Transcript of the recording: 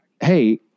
hey